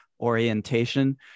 orientation